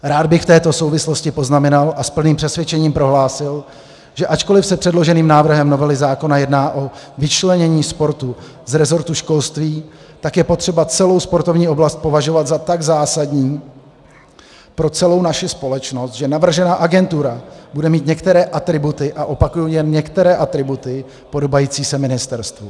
Rád bych v této souvislosti poznamenal a s plným přesvědčením prohlásil, že ačkoli se předloženým návrhem zákona jedná o vyčlenění sportu z resortu školství, tak je potřeba celou sportovní oblast považovat za tak zásadní pro celou naši společnost, že navržená agentura bude mít některé atributy a opakuji, jen některé atributy podobající se ministerstvu.